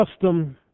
custom